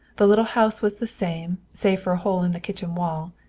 the little house was the same, save for a hole in the kitchen wall.